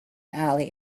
alley